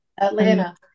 Atlanta